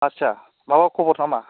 आदसा माबा खबर नामा